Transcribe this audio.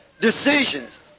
decisions